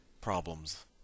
problems